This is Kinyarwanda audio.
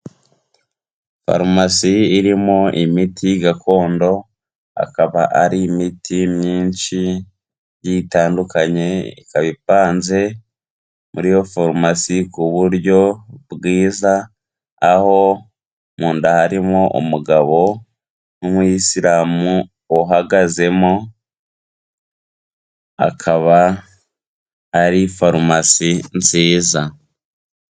Farumasi irimo imiti gakondo, akaba ari imiti myinshi igiye itandukanye, ikaba ipanze muri iyo farumasi ku buryo bwiza, aho mu nda harimo umugabo w'umuyisilamu uhagazemo, akaba ari farumasi nziza.